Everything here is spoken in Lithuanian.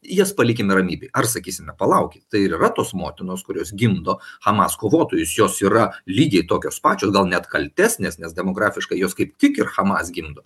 jas palikime ramybėje ar sakysime palaukit tai yra tos motinos kurios gimdo hamas kovotojus jos yra lygiai tokios pačios gal net kaltesnės nes demografiškai jos kaip tik ir hamas gimdo